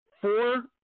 four